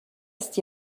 ist